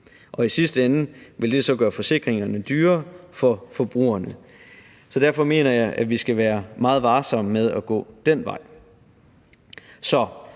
og i sidste ende ville det så gøre forsikringerne dyrere for forbrugerne. Derfor mener jeg, vi skal være meget varsomme med at gå den vej.